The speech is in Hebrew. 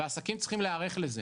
והעסקים צריכים להיערך לזה,